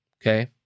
Okay